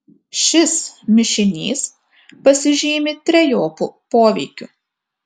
šis mišinys pasižymi trejopu poveikiu